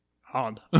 hard